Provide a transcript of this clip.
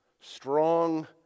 strong